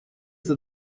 that